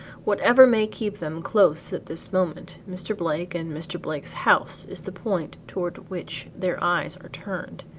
whatever may keep them close at this moment, mr. blake and mr. blake's house is the point toward which their eyes are turned,